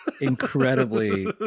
incredibly